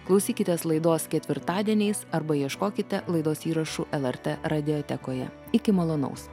klausykitės laidos ketvirtadieniais arba ieškokite laidos įrašų lrt radiotekoje iki malonaus